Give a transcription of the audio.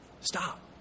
Stop